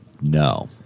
No